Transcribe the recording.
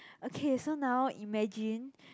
okay so now imagine